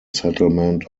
settlement